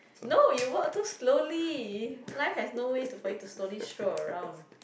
no you walk too slowly life has no way to for you to slowly stroll around